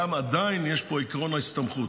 עדיין יש פה את עקרון ההסתמכות.